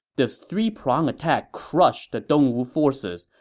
this three-pronged attack crushed the dongwu forces,